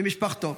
על משפחתו,